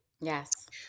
Yes